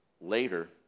later